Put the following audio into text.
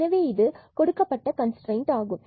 எனவே இது கொடுக்கப்பட்ட கன்ஸ்ரெய்ன்ட் ஆகும்